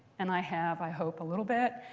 and i have, i hope, a little bit.